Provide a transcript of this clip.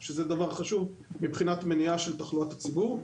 זה דבר חשוב מבחינת מניעה של תחלואת הציבור.